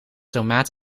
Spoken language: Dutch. tomaat